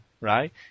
right